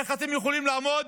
איך אתם יכולים לעמוד